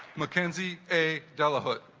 mackenzie a dela hood